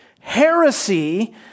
heresy